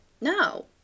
No